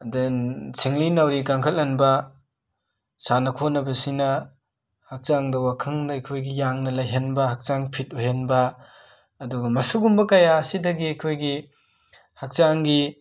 then ꯁꯤꯡꯂꯤ ꯅꯥꯎꯔꯤ ꯀꯪꯈꯜꯍꯟꯕꯥ ꯁꯥꯟꯅ ꯈꯣꯠꯅꯕꯁꯤꯅꯥ ꯍꯛꯆꯥꯡꯗ ꯋꯥꯈꯪꯗ ꯑꯈꯣꯏꯒꯤ ꯌꯥꯡꯅ ꯂꯩꯍꯟꯕꯥ ꯍꯛꯆꯥꯡ ꯐꯤꯠ ꯑꯣꯏꯍꯟꯕꯥ ꯑꯗꯨꯒ ꯃꯁꯨꯒꯨꯝꯕ ꯀꯌꯥꯁꯤꯗꯒꯤ ꯑꯈꯣꯏꯒꯤ ꯍꯛꯆꯥꯡꯒꯤ